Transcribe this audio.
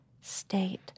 state